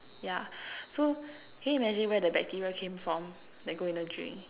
yeah so can you imagine where the bacteria came from that go in the drink